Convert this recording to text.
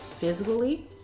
physically